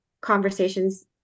conversations